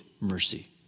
mercy